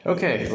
Okay